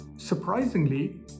surprisingly